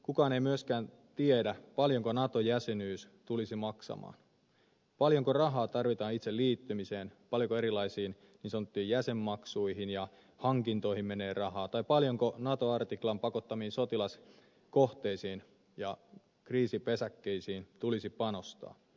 kukaan ei myöskään tiedä paljonko nato jäsenyys tulisi maksamaan paljonko rahaa tarvitaan itse liittymiseen paljonko erilaisiin niin sanottuihin jäsenmaksuihin ja hankintoihin menee rahaa tai paljonko nato artiklan pakottamiin sotilaskohteisiin ja kriisipesäkkeisiin tulisi panostaa